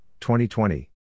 2020